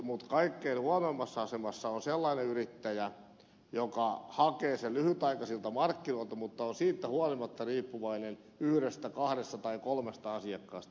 mutta kaikkein huonoimmassa asemassa on sellainen yrittäjä joka hakee sen lyhytaikaisilta markkinoilta mutta on siitä huolimatta riippuvainen yhdestä kahdesta tai kolmesta asiakkaasta